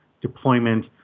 deployment